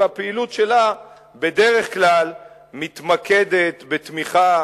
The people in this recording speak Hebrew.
והפעילות שלה בדרך כלל מתמקדת בתמיכה